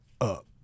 up